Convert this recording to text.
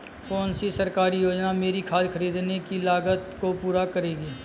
कौन सी सरकारी योजना मेरी खाद खरीदने की लागत को पूरा करेगी?